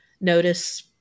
notice